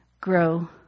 grow